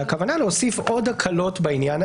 והכוונה להוסיף עוד הקלות בעניין.